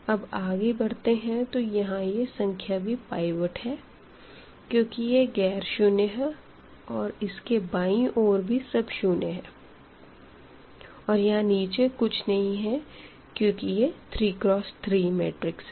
अब आगे बढ़ते है तो यहाँ यह संख्या भी पाइवट है क्यूँकि यह ग़ैर शून्य है और इसके बायीं ओर भी सब शून्य है और यहाँ नीचे कुछ नहीं है क्यूँकि यह 3x3 का मैट्रिक्स है